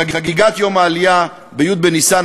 חגיגת יום העלייה בי' בניסן,